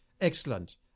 excellent